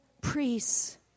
priests